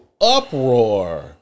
uproar